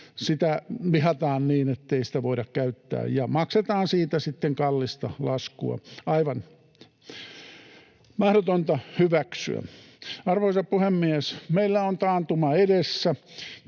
Sitä vihataan niin, ettei sitä voida käyttää ja maksetaan siitä sitten kallista laskua. Aivan mahdotonta hyväksyä. Arvoisa puhemies! Meillä on taantuma edessä,